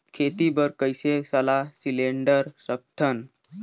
खेती बर कइसे सलाह सिलेंडर सकथन?